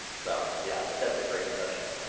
so yeah, but that's a great question.